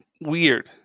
weird